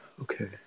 Okay